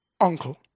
uncle